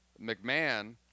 McMahon